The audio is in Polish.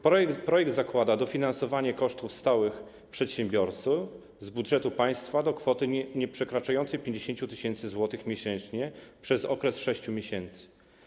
Projekt zakłada dofinansowanie kosztów stałych przedsiębiorców z budżetu państwa do kwoty nieprzekraczającej 50 tys. zł miesięcznie przez okres 6 miesięcy.